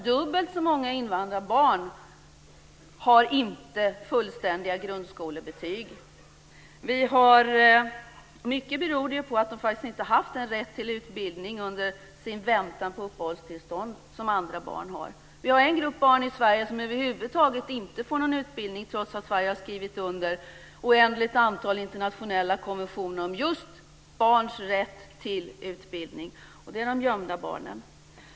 Dubbelt så många invandrarbarn som andra barn har inte fullständiga grundskolebetyg. Det beror mycket på att de under sin väntan på uppehållstillstånd inte har haft den rätt till utbildning som andra barn har. Vi har en grupp barn i Sverige som över huvud taget inte får någon utbildning trots att Sverige har skrivit under ett oändligt antal internationella konventioner om just barns rätt till utbildning. De är de gömda barnen.